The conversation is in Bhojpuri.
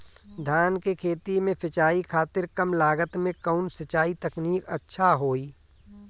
धान के खेती में सिंचाई खातिर कम लागत में कउन सिंचाई तकनीक अच्छा होई?